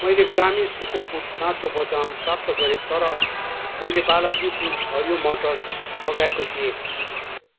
मैले ग्रामी सुपरफुड काँचो बदाम प्राप्त गरेँ तर मैले बालाजी फुड्स हरियो मटर मगाएको थिएँ